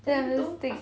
then I'm just take